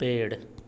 पेड़